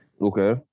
Okay